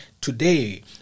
today